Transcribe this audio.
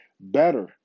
better